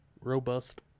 Robust